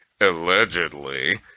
allegedly